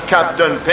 Captain